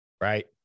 right